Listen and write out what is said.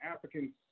Africans